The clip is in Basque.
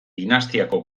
dinastiako